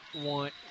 want